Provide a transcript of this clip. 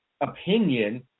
opinion –